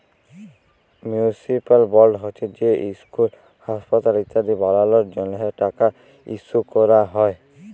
municipal board হছে যেট school, হাঁসপাতাল ইত্যাদি বালালর জ্যনহে টাকা ইস্যু ক্যরা হ্যয়